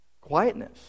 quietness